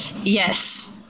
Yes